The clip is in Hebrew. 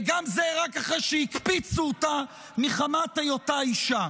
וגם זה, רק אחרי שהקפיצו אותה מחמת היותה אישה.